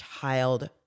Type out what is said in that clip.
child